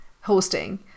hosting